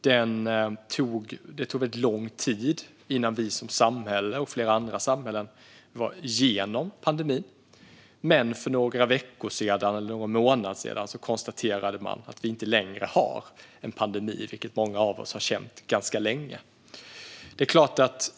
Det tog väldigt lång tid innan vi som samhälle och flera andra samhällen var igenom pandemin. Men för någon månad sedan konstaterade man att vi inte längre har en pandemi, vilket många av oss har känt ganska länge.